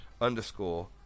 underscore